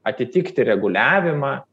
atitikti reguliavimą